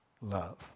love